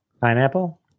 Pineapple